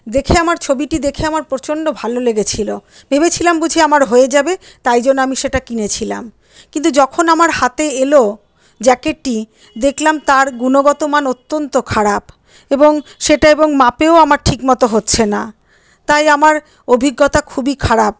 দেখে আমার ছবিটি দেখে আমার প্রচণ্ড ভালো লেগেছিল ভেবেছিলাম বুঝি আমার হয়ে যাবে তাই জন্য আমি সেটা কিনেছিলাম কিন্তু যখন আমার হাতে এল জ্যাকেটটি দেখলাম তার গুণগত মান অত্যন্ত খারাপ এবং সেটা এবং মাপেও আমার ঠিকমতো হচ্ছে না তাই আমার অভিজ্ঞতা খুবই খারাপ